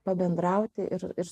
pabendrauti ir ir